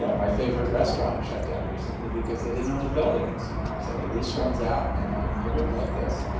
so my favorite restaurant shut down recently because they didn't own the building as you said. the lease runs out and and they were good like this,